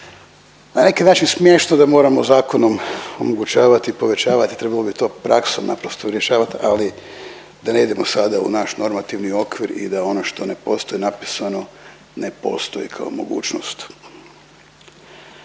na neki način smiješno da moramo zakonom omogućavati, povećavati, trebalo bi to praksom naprosto rješavat, ali da ne idemo sada u naš normativni okvir i da ono što ne postoji napisano ne postoji kao mogućnost.